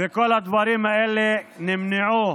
וכל הדברים האלה נמנעו